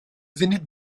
funud